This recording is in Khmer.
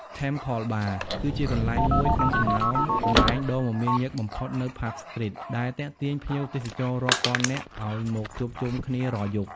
Temple Bar គឺជាកន្លែងមួយក្នុងចំណោមកន្លែងដ៏មមាញឹកបំផុតនៅ ផាប់ ស្ទ្រីត ដែលទាក់ទាញភ្ញៀវទេសចររាប់ពាន់នាក់ឲ្យមកជួបជុំគ្នារាល់យប់។